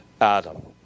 Adam